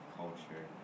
culture